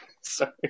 Sorry